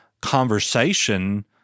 conversation